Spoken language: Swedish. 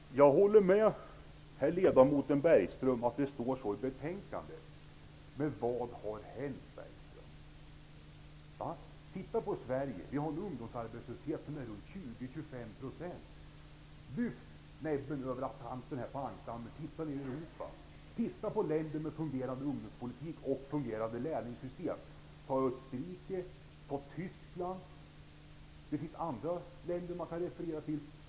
Herr talman! Jag håller med herr ledamoten Bergström om vad som står i betänkandet. Men vad har hänt? Titta på Sverige. Det finns en ungdomsarbetslöshet som är 20--25 %. Lyft blicken över kanten på ankdammen och titta på Europa. Titta på länder med en fungerande ungdomspolitik och fungerande lärlingssystem, t.ex. Österrike och Tyskland. Det finns andra länder som det går att referera till.